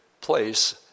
place